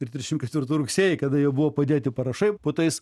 ir trisdešim ketvirtų rugsėjį kada jau buvo padėti parašai po tais